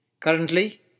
Currently